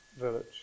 village